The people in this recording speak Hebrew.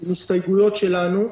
עם ההסתייגויות שלנו.